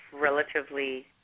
relatively